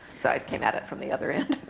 so i came at it from the other end.